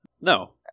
No